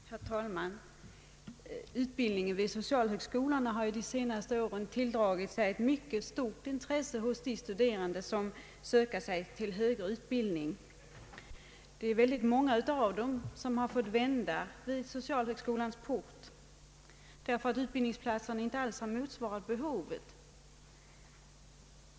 Herr talman! Utbildningen vid socialhögskolorna har ju de senaste åren tilldragit sig ett mycket stort intresse hos de studerande som söker sig till högre utbildning. Det är väldigt många av dessa som fått vända vid socialhögskolans port, därför att utbildningsplatserna inte alls har motsvarat behovet.